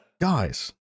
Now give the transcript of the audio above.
guys